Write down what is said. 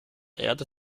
erde